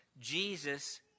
Jesus